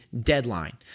deadline